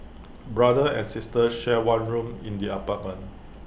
brother and sister shared one room in the apartment